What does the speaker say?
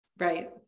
Right